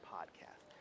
Podcast